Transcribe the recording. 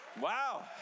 Wow